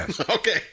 Okay